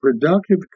productive